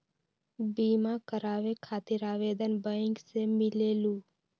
बिमा कराबे खातीर आवेदन बैंक से मिलेलु?